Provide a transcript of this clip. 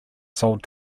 sold